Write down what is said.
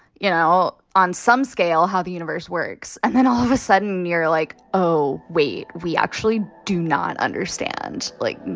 you know, on some scale, how the universe works. and then all of a sudden, you're like oh, wait we actually do not understand, like,